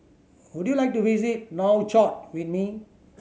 would you like to visit Nouakchott with me